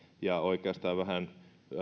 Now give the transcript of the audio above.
ja oikeastaan vähän